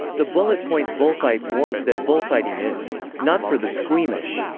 the bulletpoint bullfight warns that bullfighting is not for the squeamish,